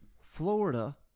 Florida